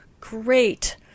great